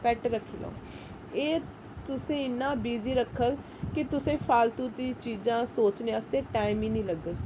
pet रक्खी लैओ एह् तुसेंगी इन्नां बिज़ी रक्खग कि तुसें फालतू दी चीज़ां सोचने आस्तै टाइम ही नी लग्गग